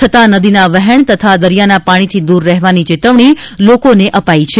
છતાં નદીના વહેણ તથા દરિયાના પાજીથી દૂર રહેવાની ચેતવણી લોકોને અપાઇ છે